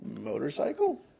Motorcycle